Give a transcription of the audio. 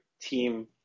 team